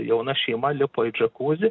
jauna šeima lipo į džakuzi